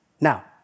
Now